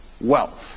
wealth